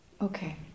Okay